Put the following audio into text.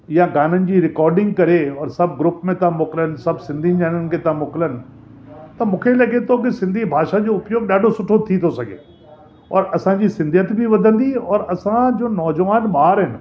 या गाननि जी रिकार्डिंग करे उहो सभु ग्रुप्स था मोकलनि सभु सिंधी जननि खे था मोकलनि त मूंखे लॻे थो की सिंधी भाषा जो उपयोगु ॾाढो सुठो थी थो सघे और असांजी सिंधीयत बि वधंदी और असांजो नौजवान जो ॿार आहिनि